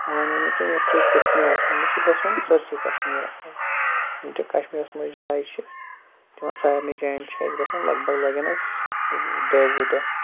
وۄنۍ ؤنو مےٚ کوت کوت چھُ نَژُن مےٚ چھُ گژھُن سٲرسی کَشمیٖرَس حظ یِم تہ کَشمیٖرَس منٛز جایہِ چھِ تِمن سارنی جاین چھُ اَسہِ گژھُن لگ بگ لگن اَسہِ دہ وُہ دۄہ